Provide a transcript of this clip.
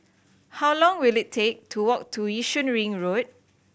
how long will it take to walk to Yishun Ring Road